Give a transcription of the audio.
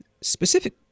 specific